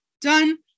done